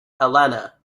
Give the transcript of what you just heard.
helena